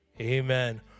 amen